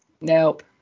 Nope